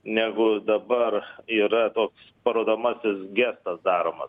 negu dabar yra toks parodomasis gestas daromas